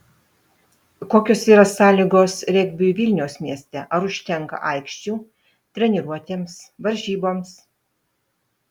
kokios yra sąlygos regbiui vilniaus mieste ar užtenka aikščių treniruotėms varžyboms